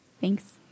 Thanks